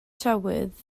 tywydd